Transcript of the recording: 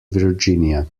virginia